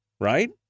Right